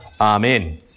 Amen